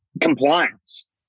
compliance